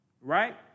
right